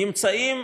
נמצאים,